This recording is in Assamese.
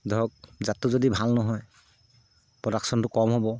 ধৰক জাতটো যদি ভাল নহয় প্ৰডাকশ্যনটো কম হ'ব